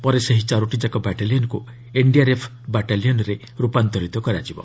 ପରେ ସେହି ଚାରୋଟିଯାକ ବାଟାଲିୟନ୍କୁ ଏନ୍ଡିଆର୍ଏଫ୍ ବାଟାଲିୟନ୍ରେ ରୂପାନ୍ତରିତ କରାଯିବ